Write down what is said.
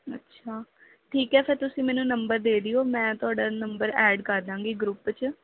ਅੱਛਾ ਠੀਕ ਹੈ ਫਿਰ ਤੁਸੀਂ ਮੈਨੂੰ ਨੰਬਰ ਦੇ ਦਿਓ ਮੈਂ ਤੁਹਾਡਾ ਨੰਬਰ ਐਡ ਕਰ ਦੇਵਾਂਗੀ ਗਰੁੱਪ 'ਚ